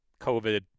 COVID